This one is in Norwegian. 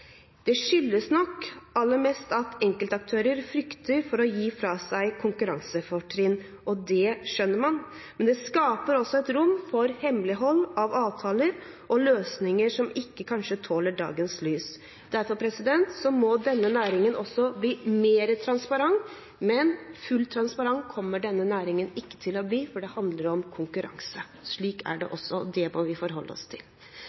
Det skyldes nok aller mest at enkeltaktører frykter for å gi fra seg konkurransefortrinn. Det skjønner man, men det skaper også et rom for hemmelighold av avtaler og løsninger som kanskje ikke tåler dagens lys. Derfor må denne næringen også bli mer transparent, men fullt ut transparent kommer denne næringen ikke til å bli, for det handler om konkurranse. Slik er det, og det må vi forholde oss til.